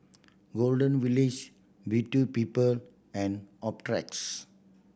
Golden Village Beauty People and Optrex